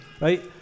right